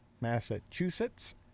Massachusetts